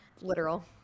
literal